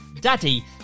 Daddy